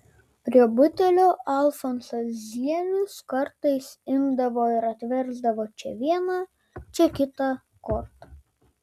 prie butelio alfonsas zienius kartais imdavo ir atversdavo čia vieną čia kitą kortą